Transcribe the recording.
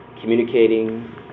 communicating